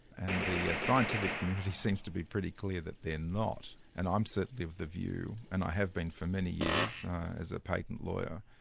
and the scientific community seems to be pretty clear that they're not, and i'm certainly of the view, and i have been for many years as a patent lawyer,